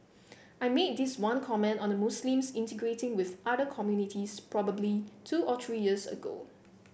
I made this one comment on the Muslims integrating with other communities probably two or three years ago